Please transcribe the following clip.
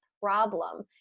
problem